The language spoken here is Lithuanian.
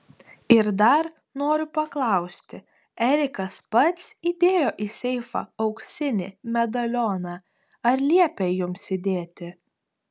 ir dar noriu paklausti erikas pats įdėjo į seifą auksinį medalioną ar liepė jums įdėti